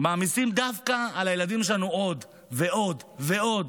מעמיסים דווקא על הילדים שלנו עוד ועוד ועוד.